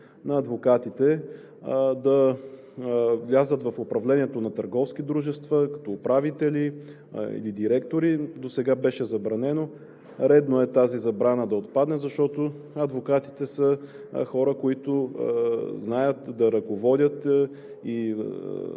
на адвокатите да влязат в управлението на търговски дружества като управители или директори. Досега беше забранено – редно е тази забрана да отпадне, защото адвокатите са хора, които знаят да ръководят и